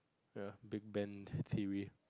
ya big band